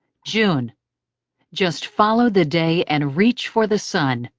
june just follow the day and reach for the sun!